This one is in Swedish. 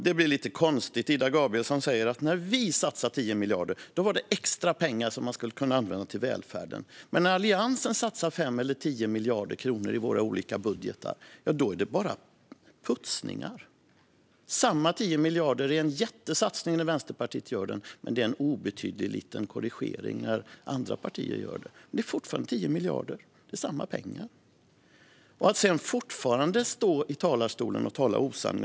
Det blir lite konstigt när Ida Gabrielsson säger att när Vänsterpartiet satsar 10 miljarder handlar det om extra pengar som kan användas till välfärden. Men när Alliansen satsar 5 eller 10 miljarder kronor i sina olika budgetförslag kallas det bara putsningar. Samma 10 miljarder är en jättesatsning när Vänsterpartiet gör den men en obetydlig korrigering när andra partier gör den. Det är ju fortfarande 10 miljarder, alltså samma pengar. Ida Gabrielsson fortsätter att tala osanning från talarstolen.